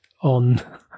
on